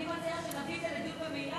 אני מציעה שנביא את זה לדיון במליאה,